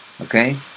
Okay